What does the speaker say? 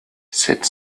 sept